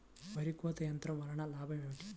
వరి కోత యంత్రం వలన లాభం ఏమిటి?